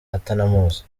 atanamuzi